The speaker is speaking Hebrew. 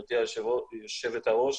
גברתי יושבת הראש